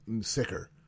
sicker